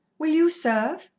will you serve?